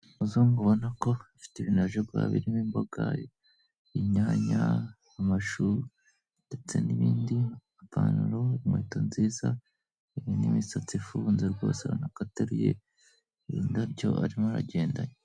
Abazungu ubona ko bafite ibintu baje guhaha birimo imboga, inyanya, amashu, ndetse n'ibindi ipantaro, inkweto nziza, imisatsi ifunze rwose urabona ko ateruye n'indabyo arimo aragena